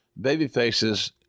babyfaces